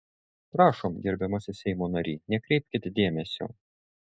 prašom gerbiamasis seimo nary nekreipkit dėmesio